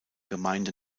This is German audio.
gemeinde